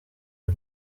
y’u